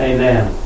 Amen